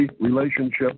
relationship